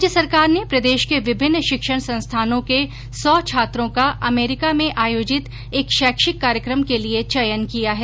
राज्य सरकार ने प्रदेश के विभिन्न शिक्षण संस्थानों के सौ छात्रों का अमेरिका में आयोजित एक शैक्षिक कार्यक्रम के लिए चयन किया है